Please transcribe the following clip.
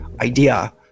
idea